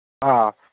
ꯑꯥ